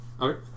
Okay